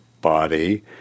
body